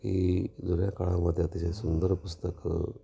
की जुन्या काळामध्ये अतिशय सुंदर पुस्तकं